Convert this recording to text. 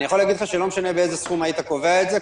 אני יכול להגיד לך שלא משנה באיזה סכום היית קובע את זה,